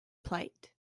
plate